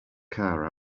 car